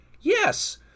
yes